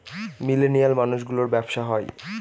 millennial মানুষ গুলোর ব্যাবসা হয়